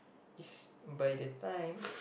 is by the time